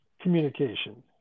communication